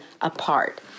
apart